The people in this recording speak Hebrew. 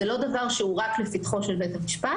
זה לא רק דבר שהוא לפתחו של בית המשפט.